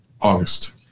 August